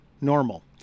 normal